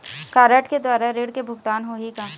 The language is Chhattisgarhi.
कारड के द्वारा ऋण के भुगतान होही का?